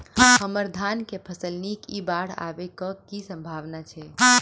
हम्मर धान केँ फसल नीक इ बाढ़ आबै कऽ की सम्भावना छै?